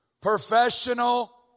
Professional